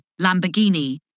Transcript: Lamborghini